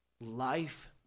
life